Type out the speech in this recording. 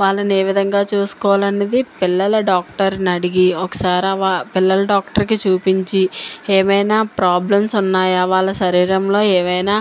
వాళ్ళని ఏ విధంగా చూసుకోవాలి అనేది పిల్లల డాక్టర్ను అడిగి ఒకసారి వా పిల్లల డాక్టర్కు చూపించి ఏమైన్న ప్రాబ్లమ్స్ ఉన్నాయా వాళ్ళ శరీరంలో ఏమైన్న